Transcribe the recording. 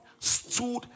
stood